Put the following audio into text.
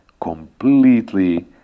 completely